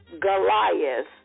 Goliath